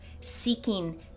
seeking